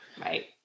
Right